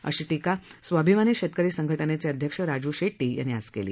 अशी टीका स्वाभिमानी शेतकरी संघटनेचे अध्यक्ष राजू शेट्टी यांनी केली